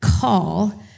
call